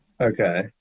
Okay